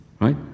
right